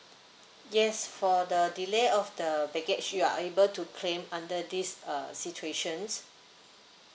yes for the delay of the baggage you are able to claim under these uh situations